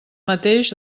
mateix